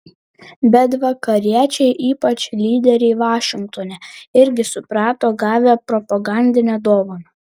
bet vakariečiai ypač lyderiai vašingtone irgi suprato gavę propagandinę dovaną